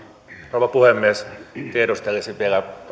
rouva puhemies tiedustelisin vielä